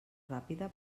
ràpida